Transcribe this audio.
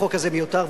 החוק הזה מיותר,